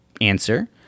answer